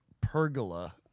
pergola